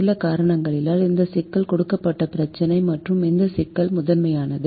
சில காரணங்களால் இந்த சிக்கல் கொடுக்கப்பட்ட பிரச்சினை மற்றும் இந்த சிக்கல் முதன்மையானது